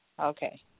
Okay